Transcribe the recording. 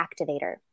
activator